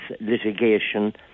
litigation